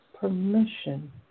permission